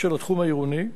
של התחום העירוני.